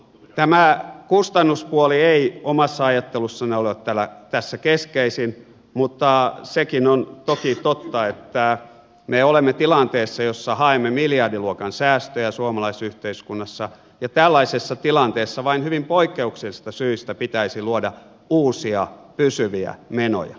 tämä kustannuspuoli ei omassa ajattelussani ole tässä keskeisin mutta sekin on toki totta että me olemme tilanteessa jossa haemme miljardiluokan säästöjä suomalaisessa yhteiskunnassa ja tällaisessa tilanteessa vain hyvin poikkeuksellisista syistä pitäisi luoda uusia pysyviä menoja